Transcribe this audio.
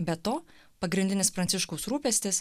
be to pagrindinis pranciškaus rūpestis